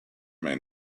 may